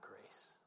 grace